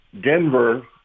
Denver